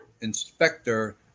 inspector